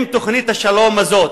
אני חושב שאם תוכנית השלום הזאת